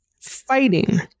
fighting